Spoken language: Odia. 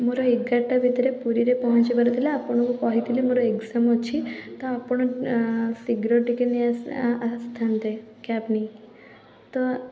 ମୋର ଏଗାରଟା ଭିତରେ ପୁରୀରେ ପହଞ୍ଚିବାର ଥିଲା ଆପଣଙ୍କୁ କହିଥିଲି ମୋର ଏଗ୍ଜାମ୍ ଅଛି ତ ଆପଣ ଶୀଘ୍ର ଟିକିଏ ନେଇ ଆସିଥାନ୍ତେ କ୍ୟାବ୍ ନେଇ ତ